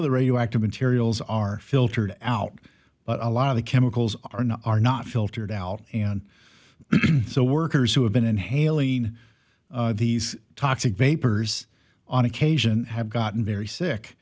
of the radioactive materials are filtered out but a lot of the chemicals are not are not filtered out and so workers who have been inhaling these toxic vapors on occasion have gotten very sick